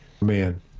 Man